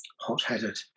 hot-headed